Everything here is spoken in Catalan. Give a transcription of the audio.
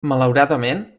malauradament